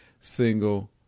single